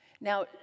Now